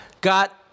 got